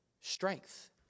strength